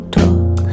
talk